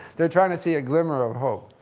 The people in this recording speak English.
they're trying to see a glimmer of hope.